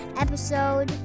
episode